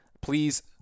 please